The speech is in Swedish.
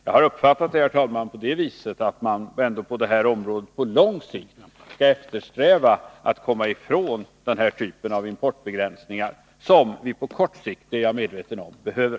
Jag har nämligen uppfattningen, herr talman, att man på det här området på lång sikt ändå eftersträvar att komma ifrån denna typ av importbegränsningar, som vi på kort sikt — det är jag medveten om — behöver.